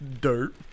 Dirt